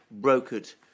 brokered